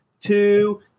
two